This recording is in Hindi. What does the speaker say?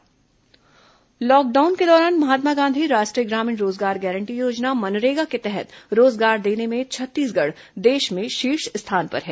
मनरेगा लॉकडाउन के दौरान महात्मा गांधी राष्ट्रीय ग्रामीण रोजगार गारंटी योजना मनरेगा के तहत रोजगार देने में छत्तीसगढ़ देश में शीर्ष स्थान पर है